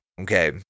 okay